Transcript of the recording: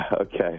Okay